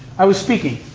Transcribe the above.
i was speaking,